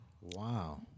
Wow